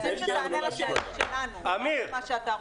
רוצים שתענה לשאלות שלנו, לא רק מה שאתה רוצה.